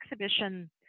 exhibition